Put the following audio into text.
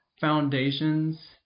foundations